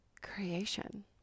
creation